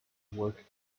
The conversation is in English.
work